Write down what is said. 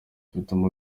bituma